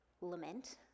lament